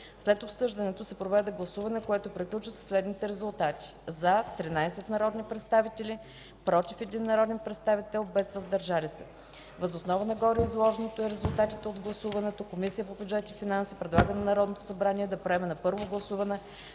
След обсъждането се проведе гласуване, което приключи със следните резултати: „за” – 13 народни представители, „против” –един народен представител, без „въздържали се”. Въз основа на гореизложеното и резултатите от гласуването Комисията по бюджет и финанси предлага на Народното събрание да приеме на първо гласуване